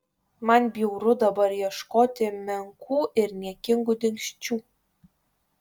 man bjauru dabar ieškoti menkų ir niekingų dingsčių